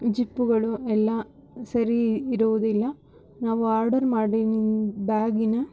ಜಿಪ್ಪುಗಳು ಎಲ್ಲ ಸರಿ ಇರುವುದಿಲ್ಲ ನಾವು ಆರ್ಡರ್ ಮಾಡೀನಿ ಬ್ಯಾಗಿನ